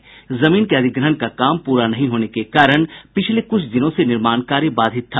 इस जमीन के अधिग्रहण का काम पूरा नहीं होने के कारण पिछले कुछ दिनों से निर्माण कार्य बाधित था